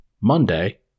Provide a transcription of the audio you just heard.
Monday